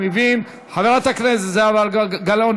חברת הכנסת זהבה גלאון,